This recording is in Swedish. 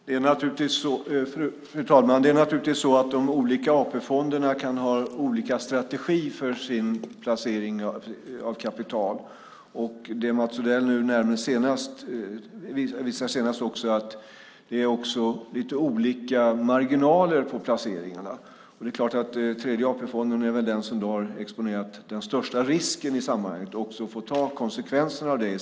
Fru talman! Det är naturligtvis så att de olika AP-fonderna kan ha olika strategier för sin placering av kapital. Det Mats Odell räknade upp visar att det också är lite olika marginaler på placeringarna. Tredje AP-fonden är väl den som har exponerat den största risken i sammanhanget och också får ta konsekvenserna av det.